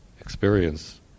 experience